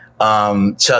Chuck